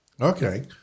Okay